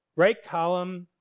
right column.